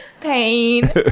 Pain